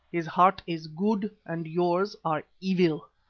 his heart is good and yours are evil.